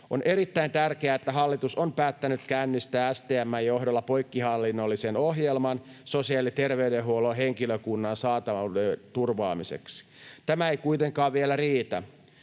On erittäin tärkeää, että hallitus on päättänyt käynnistää STM:n johdolla poikkihallinnollisen ohjelman sosiaali- ja terveydenhuollon henkilökunnan saatavuuden turvaamiseksi. Tämä ei kuitenkaan vielä riitä.